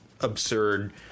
absurd